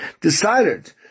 decided